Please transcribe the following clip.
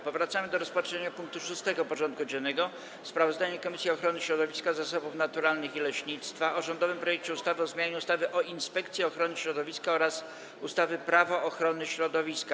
Powracamy do rozpatrzenia punktu 6. porządku dziennego: Sprawozdanie Komisji Ochrony Środowiska, Zasobów Naturalnych i Leśnictwa o rządowym projekcie ustawy o zmianie ustawy o Inspekcji Ochrony Środowiska oraz ustawy Prawo ochrony środowiska.